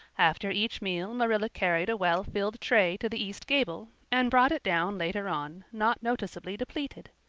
after each meal marilla carried a well-filled tray to the east gable and brought it down later on not noticeably depleted.